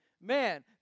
man